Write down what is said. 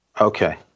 Okay